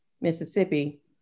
Mississippi